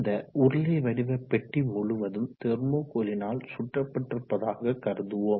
இந்த உருளை வடிவ பெட்டி முழுவதும் தெர்மோகோலினால் சுற்றப்பட்டிருப்பதாக கருதுவோம்